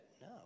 no